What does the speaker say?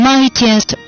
Mightiest